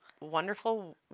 wonderful